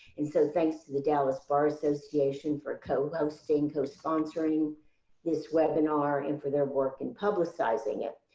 and so thanks to the dallas bar association for co-hosting, cosponsoring this webinar and for their work in publicizing it.